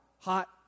hot